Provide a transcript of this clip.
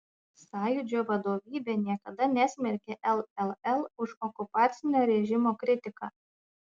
sąjūdžio vadovybė niekada nesmerkė lll už okupacinio režimo kritiką